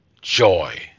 Joy